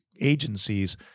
agencies